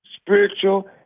spiritual